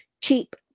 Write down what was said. cheap